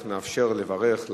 אנחנו נאפשר ליוזמים לברך.